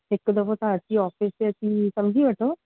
हिकु दफ़ो तव्हां अची ऑफ़िस ते अची समझी वठो